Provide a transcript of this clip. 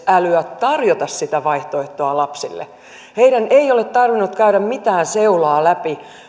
älyä tarjota sitä vaihtoehtoa lapsille heidän ei ole tarvinnut käydä mitään seulaa läpi